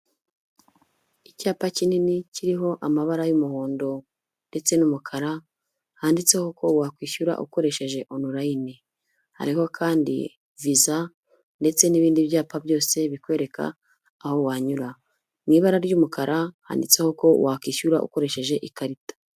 Icyapa kinini kiriho amabara y'umuhondo ndetse n'umukara, handitseho ko wakwishyura ukoresheje onulayini. Hariho kandi viza ndetse n'ibindi byapa byose bikwereka aho wanyura. Mu ibara ry'umukara handitseho ko wakishyura ukoresheje ikarita.